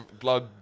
blood